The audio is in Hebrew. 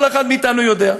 כל אחד מאתנו יודע.